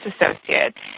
associates